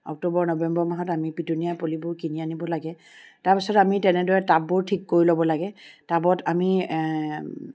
October November মাহত আমি petunia পুলিবোৰ কিনি আনিব লাগে তাৰপিছত আমি তেনেদৰে টাববোৰ ঠিক কৰি ল'ব লাগে টাবত আমি